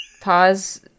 Pause